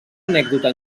anècdota